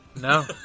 No